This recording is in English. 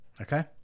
Okay